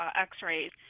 x-rays